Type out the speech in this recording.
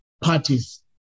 parties